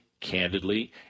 candidly